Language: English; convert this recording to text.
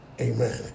amen